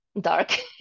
Dark